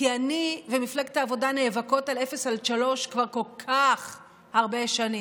כי אני ומפלגת העבודה נאבקות על אפס עד שלוש כבר כל כך הרבה שנים.